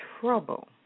trouble